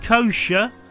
Kosher